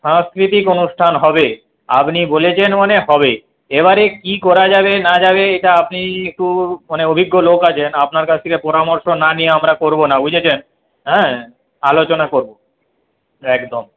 সাংস্কৃতিক অনুষ্ঠান হবে আপনি বলেছেন মানে হবে এবারে কী করা যাবে না যাবে এটা আপনি একটু মানে অভিজ্ঞ লোক আছেন আপনার কাছ থেকে পরামর্শ না নিয়ে আমরা করব না বুঝেছেন হ্যাঁ আলোচনা করব একদম